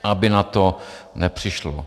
Aby na to nepřišlo.